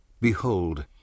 Behold